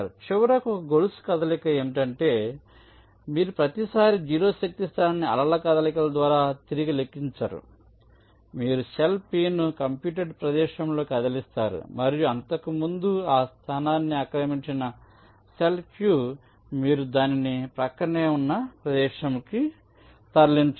చివరకు ఒక గొలుసు కదలిక ఏమిటంటే మీరు ప్రతిసారీ 0 శక్తి స్థానాన్ని అలల కదలికలాగా తిరిగి లెక్కించరు కానీ మీరు సెల్ p ను కంప్యూటెడ్ ప్రదేశంలో కదిలిస్తారు మరియు అంతకుముందు ఆ స్థానాన్ని ఆక్రమించిన సెల్ q మీరు దానిని ప్రక్కనే ఉన్న ప్రదేశం కి తరలించండి